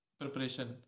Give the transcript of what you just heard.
preparation